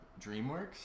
DreamWorks